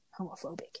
homophobic